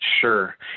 Sure